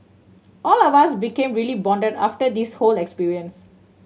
all of us became really bonded after this whole experience